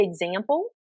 example